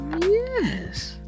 yes